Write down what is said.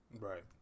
Right